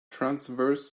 transverse